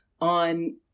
on